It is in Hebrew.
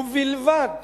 ובלבד